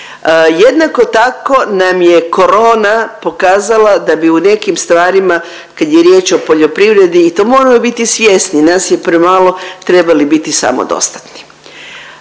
Jednako tako nam je corona pokazala da bi u nekim stvarima kad je riječ o poljoprivredi i to moramo biti svjesni, nas je premalo trebali biti samodostatni.